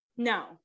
No